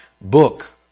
book